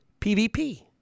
PVP